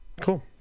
Cool